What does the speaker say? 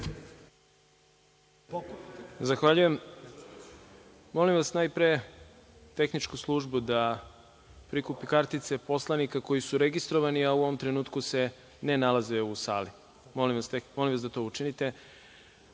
Zahvaljujem. Molim najpre tehničku službu da prikupi kartice poslanika koji su registrovani, a u ovom trenutku se ne nalaze u sali. Molim vas da to učinite.